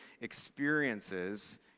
experiences